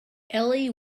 ellie